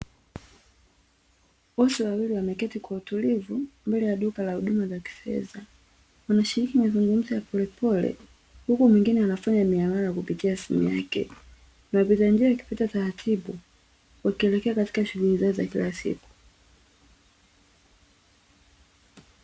Watu wawili wameketi kwa utulivu mbele ya duka la huduma za kifedha, wakishiriki mazungumzo ya polepole, huku wengine wanafanya miamala kupitia simu yake na vilevile wakipita taratibu wakielekea kwenye shughuli zao za kila siku.